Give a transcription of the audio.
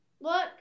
Look